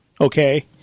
okay